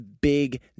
big